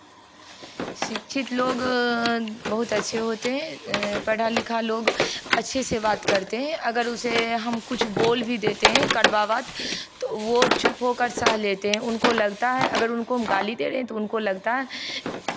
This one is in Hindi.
शिक्षित लोग बहुत अच्छे होते हैं पढ़ा लिखा लोग अच्छे से बात करते हैं अगर उसे हम कुछ बोल भी देते हैं कड़वा बात तो वो चुप होकर सह लेते हैं उनको लगता है अगर हम उनको गाली देते हैं तो उनको लगता है